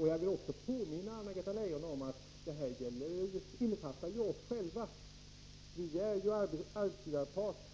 Jag vill påminna Anna-Greta Leijon om att detta begrepp också innefattar oss själva. Vi är ju arbetsgivarpart.